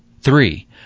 three